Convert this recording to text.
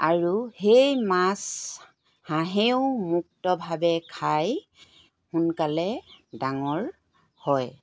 আৰু সেই মাছ হাঁহেও মুক্তভাৱে খাই সোনকালে ডাঙৰ হয়